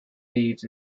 thieves